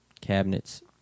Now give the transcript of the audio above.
cabinets